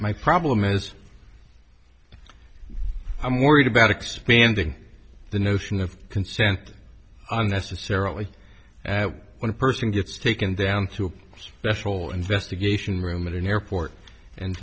my problem is i'm worried about expanding the notion of consent on necessarily when a person gets taken down to a special investigation room at an airport and